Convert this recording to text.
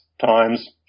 times